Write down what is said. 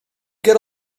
get